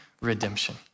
redemption